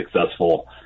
successful